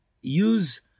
use